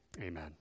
amen